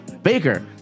baker